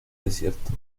desierto